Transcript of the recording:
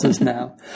now